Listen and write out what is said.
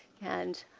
and